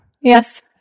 Yes